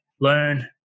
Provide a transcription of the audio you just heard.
learn